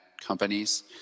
companies